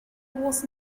was